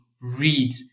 read